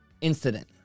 incident